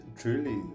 truly